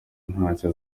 ntacyo